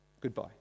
Goodbye